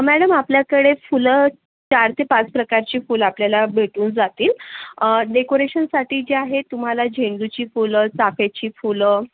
madam आपल्याकडे फुलं चार ते पाच प्रकारची फुलं आपल्याला भेटून जातील डेकोरेशनसाठी जे आहे तुम्हाला झेंडूची फुलं चाफ्याची फुलं